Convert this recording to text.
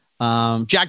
Jack